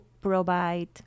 provide